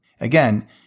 Again